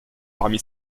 parmi